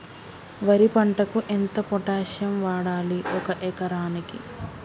వరి పంటకు ఎంత పొటాషియం వాడాలి ఒక ఎకరానికి?